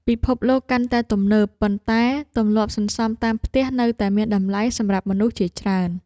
ពិភពលោកកាន់តែទំនើប ប៉ុន្តែទម្លាប់សន្សំតាមផ្ទះនៅតែមានតម្លៃសម្រាប់មនុស្សជាច្រើន។